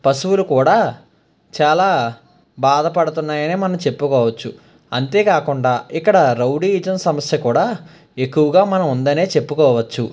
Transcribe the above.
పశువులు కూడా చాలా బాధపడుతున్నాయని మనం చెప్పుకోవచ్చు అంతేకాకుండా ఇక్కడ రౌడీయిజం సమస్య కూడా ఎక్కువగా మనం ఉందనే చెప్పుకోవచ్చు